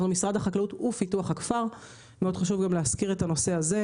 אנחנו משרד החקלאות ופיתוח הכפר וחשוב להזכיר זאת.